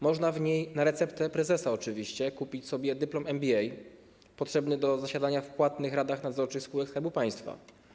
Można w niej, na receptę prezesa oczywiście, kupić sobie dyplom MBA potrzebny do zasiadania w płatnych radach nadzorczych spółek Skarbu Państwa.